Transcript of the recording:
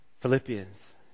Philippians